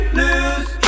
lose